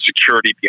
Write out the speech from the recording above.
security